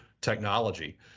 technology